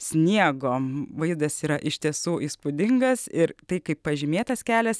sniego vaizdas yra iš tiesų įspūdingas ir tai kaip pažymėtas kelias